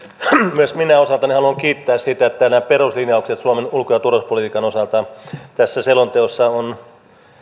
myös minä osaltani haluan kiittää siitä että nämä peruslinjaukset suomen ulko ja turvallisuuspolitiikan osalta tässä selonteossa on